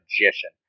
magician